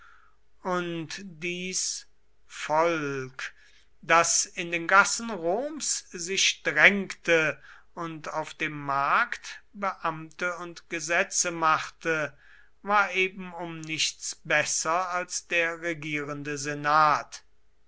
und dies volk das in den gassen roms sich drängte und auf dem markt beamte und gesetze machte war eben um nichts besser als der regierende senat